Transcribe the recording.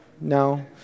No